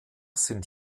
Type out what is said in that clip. sind